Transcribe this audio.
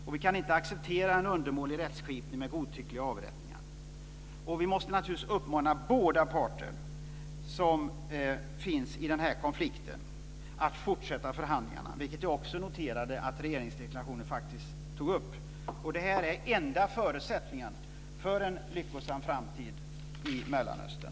Och vi kan inte acceptera en undermålig rättskipning med godtyckliga avrättningar. Och vi måste naturligtvis uppmana båda parter som finns i denna konflikt att fortsätta förhandlingarna, vilket jag också noterade att man tog upp i den utrikespolitiska deklarationen. Och detta är förutsättningen för en lyckosam framtid i Mellanöstern.